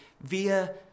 via